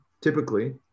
typically